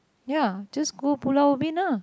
ya just go Pulau-Ubin lah